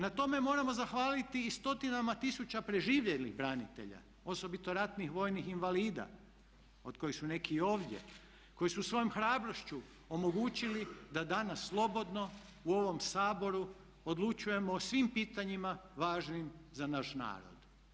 Na tome moramo zahvaliti i stotinama tisuća preživjelih branitelja osobito ratnih vojnih invalida od kojih su neki i ovdje koji su svojom hrabrošću omogućili da danas slobodno u ovom Saboru odlučujemo o svim pitanjima važnim za naš narod.